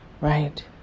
Right